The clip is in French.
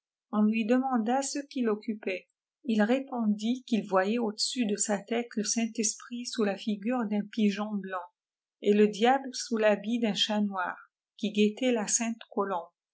on lui demanda ce qu'il occupait il répondit qu'il voyait au-dessus de sa tête le saînt esprît sous la figure d'un pigeon blanc t le diable sous fhabit d'un chat noir qui guettait la